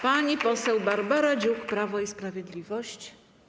Pani poseł Barbara Dziuk, Prawo i Sprawiedliwość.